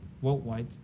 worldwide